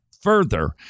Further